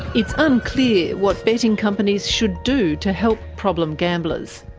it's unclear what betting companies should do to help problem gamblers.